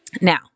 Now